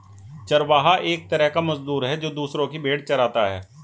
चरवाहा एक तरह का मजदूर है, जो दूसरो की भेंड़ चराता है